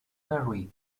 ferry